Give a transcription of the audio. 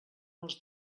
els